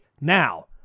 now